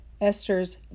Esther's